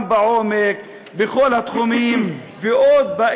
גם בעומק בכל התחומים,